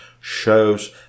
shows